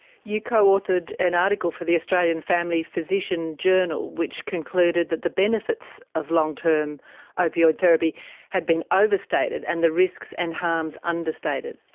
you co-authored an article for the australian family physician journal, which concluded that the benefits of long term opioid therapy had been overstated and the risks and harms understated.